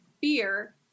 fear